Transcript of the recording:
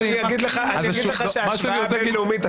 אז אני אגיד לך שהשוואה בין לאומית,